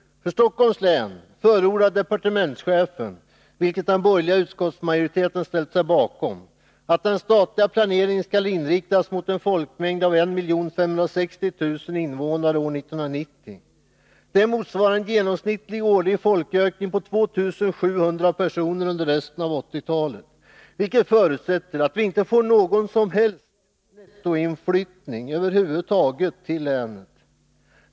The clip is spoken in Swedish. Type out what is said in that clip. För Stockholms län förordar departementschefen — det har den borgerliga utskottsmajoriteten ställt sig bakom — att den statliga planeringen skall inriktas på en folkmängd av 1 560 000 invånare år 1990. Det motsvarar en genomsnittlig årlig folkökning på 2 700 personer under resten av 1980-talet, vilket förutsätter att det inte blir någon nettoinflyttning över huvud taget till länet.